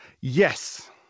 yes